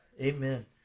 Amen